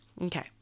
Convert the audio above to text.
okay